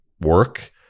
work